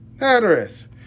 Address